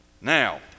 Now